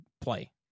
play